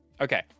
Okay